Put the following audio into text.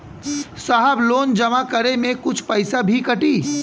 साहब लोन जमा करें में कुछ पैसा भी कटी?